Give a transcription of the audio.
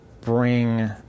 bring